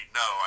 no